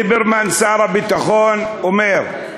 ליברמן, שר הביטחון, אומר: